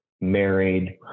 married